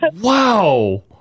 wow